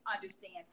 understand